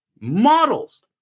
Models